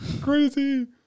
crazy